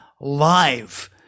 live